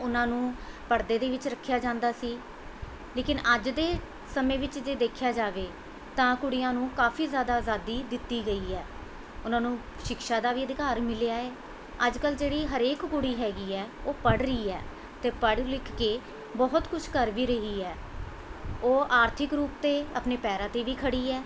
ਉਹਨਾਂ ਨੂੰ ਪਰਦੇ ਦੇ ਵਿੱਚ ਰੱਖਿਆ ਜਾਂਦਾ ਸੀ ਲੇਕਿਨ ਅੱਜ ਦੇ ਸਮੇਂ ਵਿੱਚ ਜੇ ਦੇਖਿਆ ਜਾਵੇ ਤਾਂ ਕੁੜੀਆਂ ਨੂੰ ਕਾਫ਼ੀ ਜ਼ਿਆਦਾ ਆਜ਼ਾਦੀ ਦਿੱਤੀ ਗਈ ਹੈ ਉਹਨਾਂ ਨੂੰ ਸ਼ਿਕਸ਼ਾ ਦਾ ਵੀ ਅਧਿਕਾਰ ਮਿਲਿਆ ਏ ਅੱਜਕੱਲ੍ਹ ਜਿਹੜੀ ਹਰੇਕ ਕੁੜੀ ਹੈਗੀ ਹੈ ਉਹ ਪੜ੍ਹ ਰਹੀ ਹੈ ਅਤੇ ਪੜ੍ਹ ਲਿਖ ਕੇ ਬਹੁਤ ਕੁਝ ਕਰ ਵੀ ਰਹੀ ਹੈ ਉਹ ਆਰਥਿਕ ਰੂਪ 'ਤੇ ਆਪਣੇ ਪੈਰਾਂ 'ਤੇ ਵੀ ਖੜੀ ਹੈ